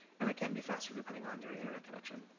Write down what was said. and it can be faster depending on your internet connection.